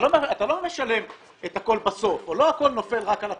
אתה לא משלם את הכול בסוף או לא הכול נופל רק על הצרכן.